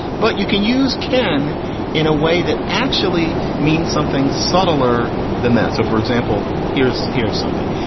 but you can use ken in a way that actually means something subtler than that. so, for example, here's here's something.